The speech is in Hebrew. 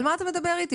על מה אתה מדבר אתי?